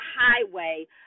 highway